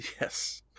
Yes